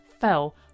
fell